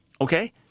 Okay